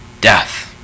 death